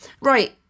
right